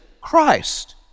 Christ